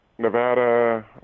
Nevada